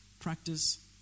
practice